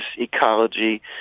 ecology